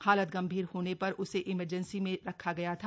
हालत गंभीर होने पर उसे इमरजेंसी में रखा गया था